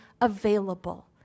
available